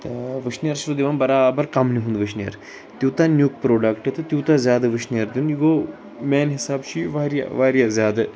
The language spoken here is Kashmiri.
تہٕ وُشنیر چھُ سُہ دِوان برابر کَملہِ ہُنٛد وُشنیر تیٛوتاہ نیٛک پرٛوڈَکٹہٕ تہٕ تیٛوتاہ زیادٕ وُشنیر دیٛن یہِ گوٚو میٛانہِ حِساب چھُ یہِ واریاہ واریاہ زیادٕ